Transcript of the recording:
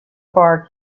bar